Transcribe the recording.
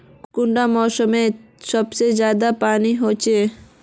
कुंडा मोसमोत सबसे ज्यादा पानी होचे?